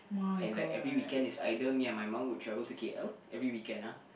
and like every weekend is either me and my mum would travel to K_L every weekend ah